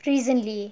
recently